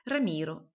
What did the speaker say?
Ramiro